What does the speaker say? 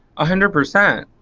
a hundred percent.